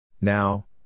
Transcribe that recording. Now